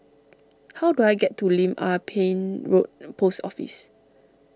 how do I get to Lim Ah Pin Road Post Office